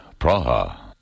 Praha